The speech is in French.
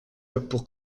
pour